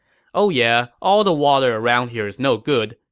oh yeah, all the water around here is no good,